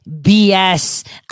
BS